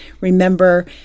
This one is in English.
Remember